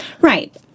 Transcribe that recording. Right